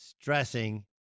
stressing